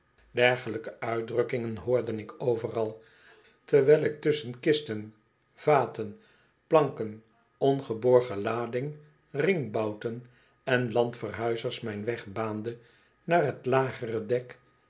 dergelijke uitdrukkingen hoorde ik overal terwijl ik tusschen kisten vaten planken ongeborgen lading ringbouten en landverhuizers mijn weg baande naar t lagere dek